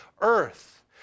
earth